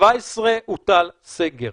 ב-17 הוטל סגר.